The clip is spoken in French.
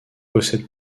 possède